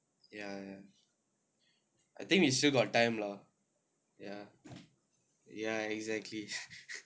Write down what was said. ya I think we still got time lah yeah yeah exactly